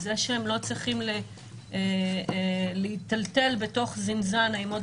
בזה שהם לא צריכים להיטלטל בתוך זינזנה עם עוד